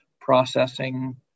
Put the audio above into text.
processing